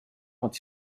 quand